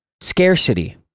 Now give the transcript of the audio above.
scarcity